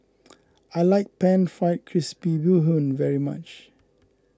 I like Pan Fried Crispy Bee Hoon very much